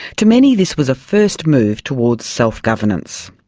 to many this was a first move towards self-governance.